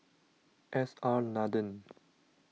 S R Nathan